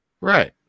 Right